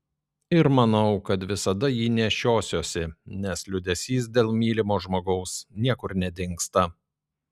ir manau kad visada jį nešiosiuosi nes liūdesys dėl mylimo žmogaus niekur nedingsta